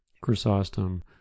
Chrysostom